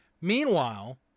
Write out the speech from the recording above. Meanwhile